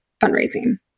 fundraising